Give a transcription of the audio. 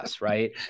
Right